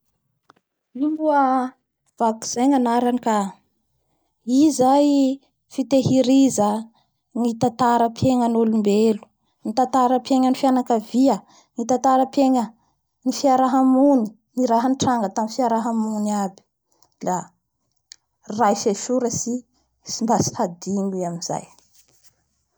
I moa vakoka zay nanarany ka, i zay fitehiriza ny tantarampiegnan'olombelo, ny tantarampiaignany fianakavia, ny tantarampiaigna ny fiarahamony, ny raha nitranga tamin'ny fiarahamony aby. La raisy antsoratsy mba tsy hadino i amizay.